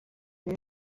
new